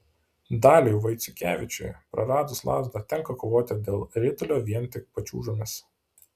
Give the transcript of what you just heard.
daliui vaiciukevičiui praradus lazdą tenka kovoti dėl ritulio vien tik pačiūžomis